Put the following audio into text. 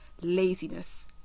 laziness